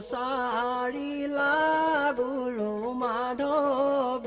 da da la la